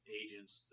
agents